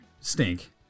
stink